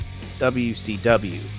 wcw